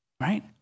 Right